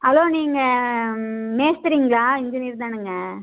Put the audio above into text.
hello நீங்கள் ம் மேஸ்திரிங்களா இன்ஜினியர் தானுங்க